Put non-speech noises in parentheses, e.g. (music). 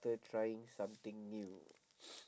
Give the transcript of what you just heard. ~ter trying something new (noise)